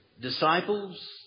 disciples